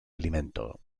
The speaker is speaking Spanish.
alimento